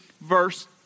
verse